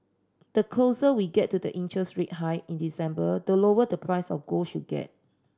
the closer we get to the interest rate hike in December the lower the price of gold should get